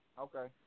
Okay